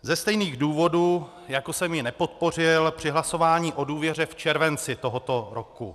Ze stejných důvodů, jako jsem ji nepodpořil při hlasování o důvěře v červenci tohoto roku.